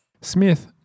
Smith